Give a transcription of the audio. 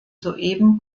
soeben